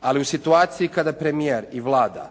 Ali u situaciji kada premijer i Vlada